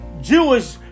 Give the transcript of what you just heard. Jewish